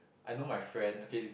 I know my friend okay